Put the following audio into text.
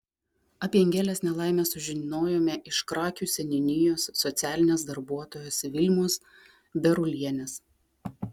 apie angelės nelaimę sužinojome iš krakių seniūnijos socialinės darbuotojos vilmos berulienės